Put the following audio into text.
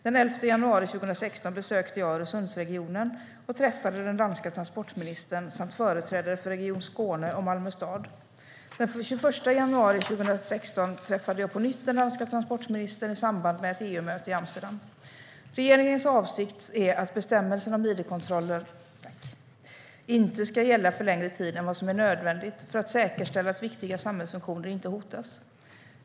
Den 11 januari 2016 besökte jag Öresundsregionen och träffade den danske transportministern samt företrädare för Region Skåne och Malmö stad. Den 21 januari 2016 träffade jag på nytt den danske transportministern i samband med ett EU-möte i Amsterdam. Regeringens avsikt är att bestämmelserna om id-kontrollerna inte ska gälla för längre tid än vad som är nödvändigt för att säkerställa att viktiga samhällsfunktioner inte hotas.